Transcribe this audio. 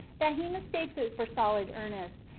that he mistakes it for solid earnest,